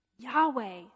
Yahweh